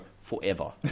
forever